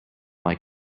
like